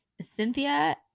Cynthia